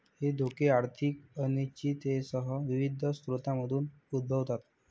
हे धोके आर्थिक अनिश्चिततेसह विविध स्रोतांमधून उद्भवतात